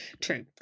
true